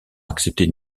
accepter